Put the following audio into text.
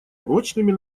прочными